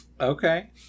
Okay